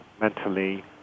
mentally